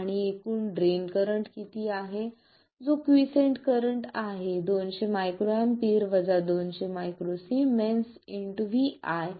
आणि एकूण drain current किती आहे जो क्वीसेंट करंट आहे 200 µA 200 µS vi ≥ 0